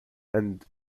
and